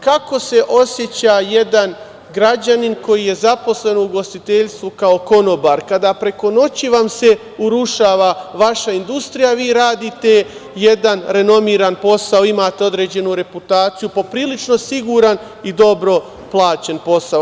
Kako se oseća građanin koji je zaposlen u ugostiteljstvu kao konobar kada preko noći vam se urušava vaša industrija, a vi radite jedan renomiran posao, imate određenu reputaciju, poprilično siguran i dobro plaćen posao?